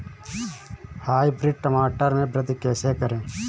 Hybrid टमाटर में वृद्धि कैसे करें?